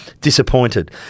disappointed